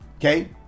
Okay